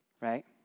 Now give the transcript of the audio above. right